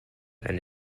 and